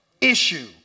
issue